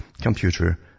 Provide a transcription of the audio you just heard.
computer